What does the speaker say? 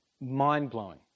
mind-blowing